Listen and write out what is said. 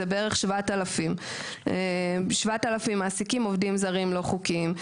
בערך 7,000 מעסיקים עובדים זרים לא חוקיים.